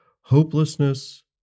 hopelessness